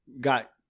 got